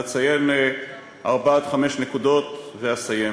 אציין ארבע עד חמש נקודות ואסיים.